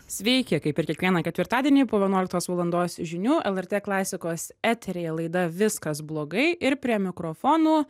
sveiki kaip ir kiekvieną ketvirtadienį po vienuoliktos valandos žinių lrt klasikos eteryje laida viskas blogai ir prie mikrofonų